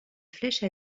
flèche